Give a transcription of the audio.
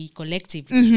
collectively